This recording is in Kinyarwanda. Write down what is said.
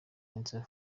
einstein